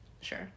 sure